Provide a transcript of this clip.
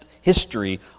history